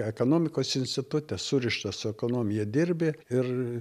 ekonomikos institute surištą su ekonomija dirbi ir